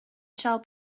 shall